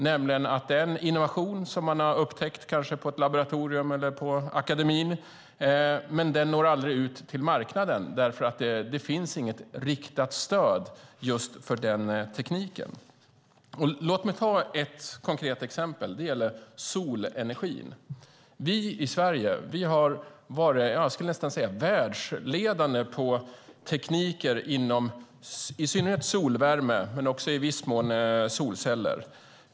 Det innebär att den innovation som man uppfunnit, kanske i ett laboratorium eller vid akademin, aldrig når ut på marknaden eftersom det inte finns något riktat stöd för just den tekniken. Låt mig ta ett konkret exempel. Det gäller solenergin. Vi i Sverige har varit vad jag nästan skulle kalla världsledande på tekniker inom i synnerhet solvärme men i viss mån också inom området solceller.